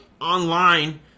online